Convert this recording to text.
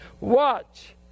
Watch